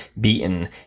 beaten